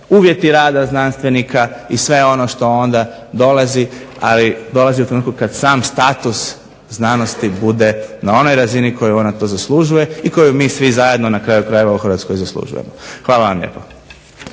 uvjeti rada znanstvenika i sve ono što dolazi ali dolazi u trenutku kada sam status znanosti bude na onoj razini koju ona zaslužuje i koju svi mi na kraju krajeva u Hrvatskoj zaslužujemo. Hvala.